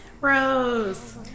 Rose